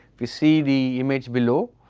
we see the image below,